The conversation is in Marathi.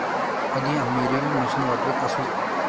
आधी आम्ही रील मशीन वापरत असू